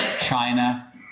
China